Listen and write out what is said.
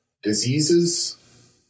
Diseases